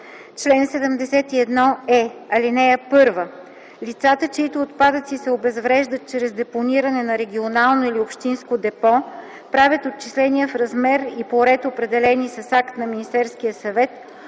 Чл. 71е. (1) Лицата, чийто отпадъци се обезвреждат чрез депониране на регионално или общинско депо, правят отчисления в размер и по ред, определени с акт на Министерския съвет,